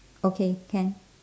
okay can